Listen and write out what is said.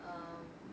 um